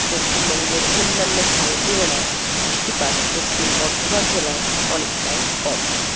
পশ্চিমবঙ্গের অন্যান্য স্থানের তুলনায় বৃষ্টিপাত পশ্চিম বর্ধমান জেলায় অনেকটাই কম